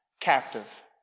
captive